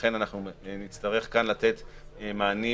ולכן נצטרך כאן לתת מענים